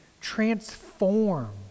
transform